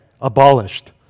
abolished